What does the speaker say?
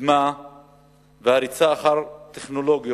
בקדמה ועל הריצה אחר טכנולוגיות